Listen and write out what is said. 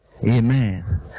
Amen